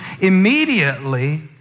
immediately